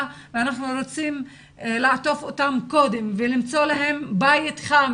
ואנחנו רוצים לעטוף אותן קודם ולמצוא להן בית חם,